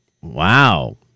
Wow